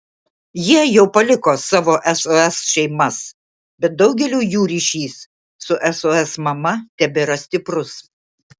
jie jau paliko savo sos šeimas bet daugeliui jų ryšys su sos mama tebėra stiprus